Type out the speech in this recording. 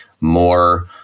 more